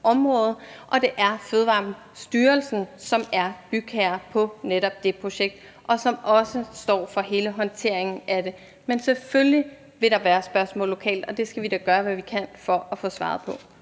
område, og det er Fødevarestyrelsen, som er bygherre på netop det projekt, og som også står for hele håndteringen af det. Men selvfølgelig vil der være spørgsmål lokalt, og det skal vi da gøre, hvad vi kan, for at få svaret på.